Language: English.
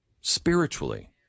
spiritually